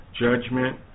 Judgment